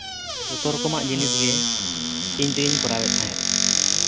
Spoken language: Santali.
ᱡᱚᱛᱚᱨᱚᱠᱚᱢᱟᱜ ᱡᱤᱱᱤᱥ ᱜᱮ ᱤᱧ ᱛᱮᱜᱮᱧ ᱠᱚᱨᱟᱣᱮᱫ ᱛᱟᱦᱮᱸᱫ